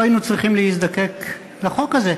לא היינו צריכים להזדקק לחוק הזה,